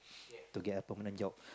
to get a permanent job